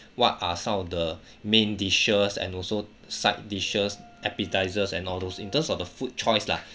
what are some of the main dishes and also side dishes appetisers and all those in terms of the food choice lah